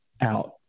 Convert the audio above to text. out